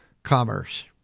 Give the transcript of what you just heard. Commerce